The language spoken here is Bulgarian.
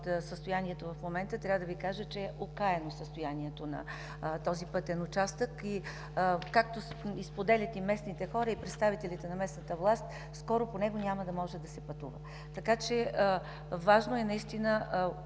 от състоянието в момента. Трябва да Ви кажа, че състоянието на този пътен участък е окаяно. Както споделят местните хора и представителите на местната власт, скоро по него няма да може да се пътува. Важно е, разбира